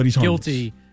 guilty